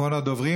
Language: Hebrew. אחרון הדוברים.